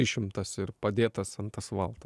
išimtas ir padėtas ant asfalto